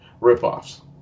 ripoffs